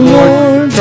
Lord